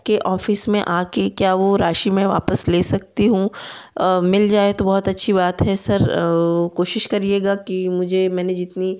के ऑफिस में आ कर क्या वो राशि मैं वापस ले सकती हूँ मिल जाए बहुत अच्छी बात है सर कोशिश करिएगा कि मुझे मैंने जितनी